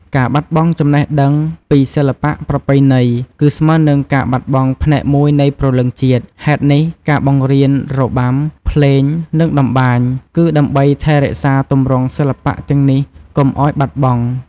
ការបាត់បង់ចំណេះដឹងពីសិល្បៈប្រពៃណី គឺស្មើនឹងការបាត់បង់ផ្នែកមួយនៃព្រលឹងជាតិ ហេតុនេះ ការបង្រៀនរបាំ ភ្លេង និងតម្បាញ គឺដើម្បីថែរក្សាទម្រង់សិល្បៈទាំងនេះកុំឱ្យបាត់បង់។